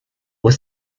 was